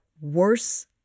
worse